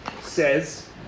says